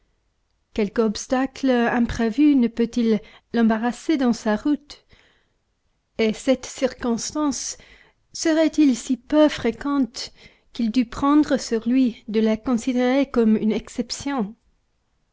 quelque obstacle imprévu ne peut-il l'embarrasser dans sa route et cette circonstance serait-elle si peu fréquente qu'il dût prendre sur lui de la considérer comme une exception